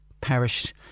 perished